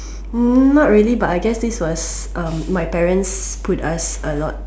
not really but I guess this was my parents put us a lot